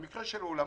במקרה של אולמות,